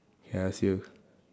K I ask you